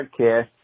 podcast